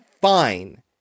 fine